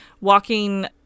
walking